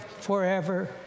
FOREVER